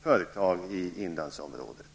företag i inlandsområdet.